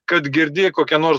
kad girdi kokia nors